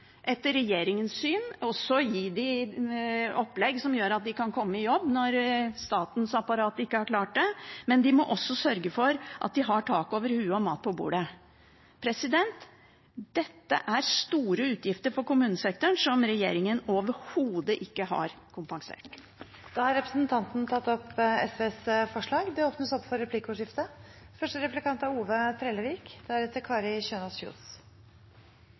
etter regjeringens syn også gi dem opplegg som gjør at de kan komme i jobb når statens apparat ikke har klart det. De må også sørge for at de har tak over hodet og mat på bordet. Dette er store utgifter for kommunesektoren som regjeringen overhodet ikke har kompensert. Representanten Karin Andersen har tatt opp de forslagene hun refererte til. Det blir replikkordskifte. Representanten hevda at f.eks. AAP-ordninga var underfinansiert. No er det jo KOSTRA-tala som er lagde til grunn for